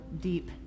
deep